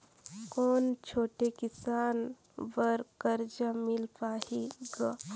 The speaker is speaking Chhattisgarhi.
कौन छोटे किसान बर कर्जा मिल पाही ग?